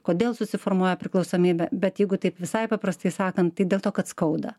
kodėl susiformuoja priklausomybė bet jeigu taip visai paprastai sakant dėl to kad skauda